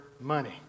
money